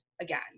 again